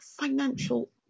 financial